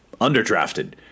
underdrafted